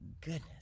goodness